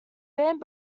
band